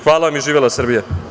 Hvala i živela Srbija.